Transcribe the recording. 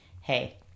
Hey